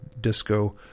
disco